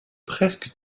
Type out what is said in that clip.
presque